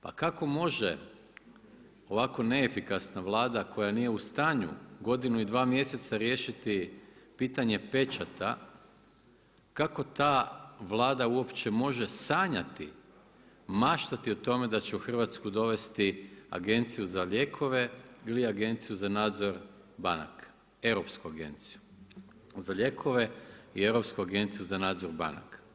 Pa kako može ovako neefikasna Vlada koja nije u stanju godinu i dva mjeseca riješiti pitanje pečata, kako ta Vlada uopće može sanjati, maštati o tome da će u Hrvatsku dovesti agenciju za lijekove ili Agenciju za nadzor banka, Europsku agenciju za lijekove i Europsku agenciju za nadzor banka?